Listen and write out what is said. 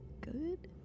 good